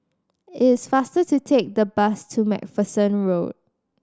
it's faster to take the bus to Macpherson Road